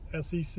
SEC